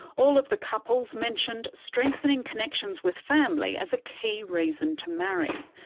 all of the couples mentioned strengthening connections with family as a key reason to marry.